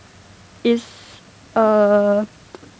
is uh